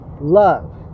love